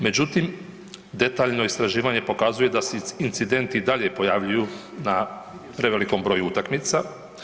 Međutim, detaljno istraživanje pokazuje da se incidenti i dalje pojavljuju na prevelikom broju utakmica.